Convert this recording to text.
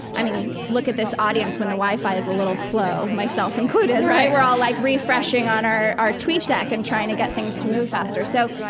i mean, look at this audience when the wifi's a little slow. myself included, right? right we're all like refreshing on our our tweet deck and trying to get things to move faster. so,